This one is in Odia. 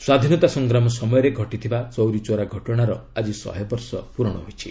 ସ୍ୱାଧୀନତା ସଂଗ୍ରାମ ସମୟରେ ଘଟିଥିବା ଚୌରୀ ଚୌରା ଘଟଣାର ଆଜି ଶହେବର୍ଷ ପୂରଣ ହୋଇଛି